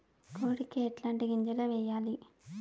కోడికి ఎట్లాంటి గింజలు వేయాలి?